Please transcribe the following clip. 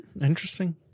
Interesting